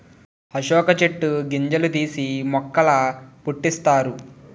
అశోక చెట్టు గింజలు తీసి మొక్కల పుట్టిస్తారు